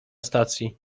stacji